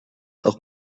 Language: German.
auch